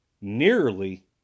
Nearly